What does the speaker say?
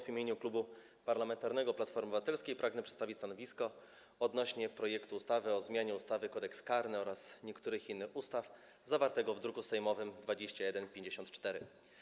W imieniu Klubu Parlamentarnego Platforma Obywatelska pragnę przedstawić stanowisko wobec projektu ustawy o zmianie ustawy Kodeks karny oraz niektórych innych ustaw, zawartego w druku sejmowym nr 2154.